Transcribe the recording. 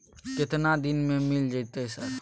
केतना दिन में मिल जयते सर?